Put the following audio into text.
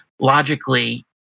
logically